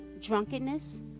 drunkenness